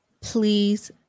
please